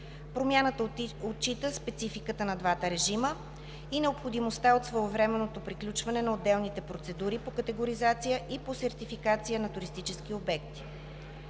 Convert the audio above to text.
Промяната отчита спецификата на двата режима и необходимостта от своевременното приключване на отделните процедури по категоризация и по сертификация на туристически обекти.